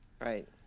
Right